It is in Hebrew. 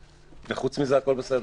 חוץ מזה הכול בסדר.